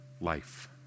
life